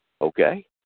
Okay